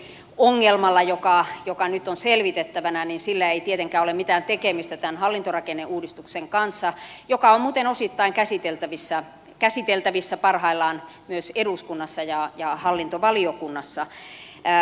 todellakaan tällä rekisteriongelmalla joka nyt on selvitettävänä ei tietenkään ole mitään tekemistä tämän hallintorakenneuudistuksen kanssa joka on muuten osittain käsiteltävissä parhaillaan myös eduskunnassa ja hallintovaliokunnassa